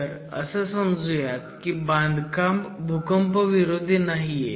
तर असं समजुयात की बांधकाम भूकंपविरोधी नाहीये